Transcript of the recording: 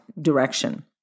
direction